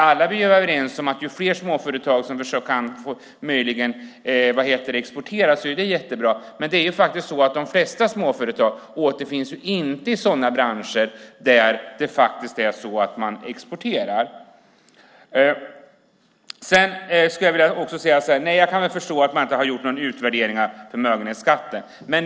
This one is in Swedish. Alla är vi överens om att ju fler småföretag som kan exportera, desto bättre. Det är dock så att de flesta småföretag inte återfinns i exportbranscher. Jag kan förstå att man inte har gjort någon utvärdering av förmögenhetsskatten.